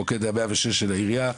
המוקד היה 106 של העירייה,